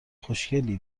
خوشگلی